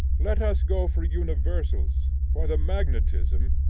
let us go for universals for the magnetism,